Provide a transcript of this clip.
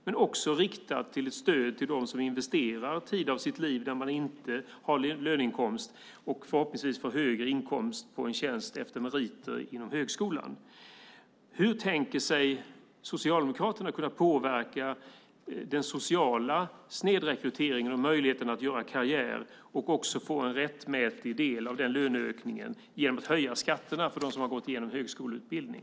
Men man riktar också ett stöd till dem som investerar tid av sitt liv då de inte har någon löneinkomst men som förhoppningsvis får högre inkomster av tjänst efter meriter inom högskolan. Hur tänker sig Socialdemokraterna kunna påverka den sociala snedrekryteringen och människors möjligheter att göra karriär och också få en rättmätig del av den löneökningen genom att höja skatterna för dem som har genomgått en högskoleutbildning?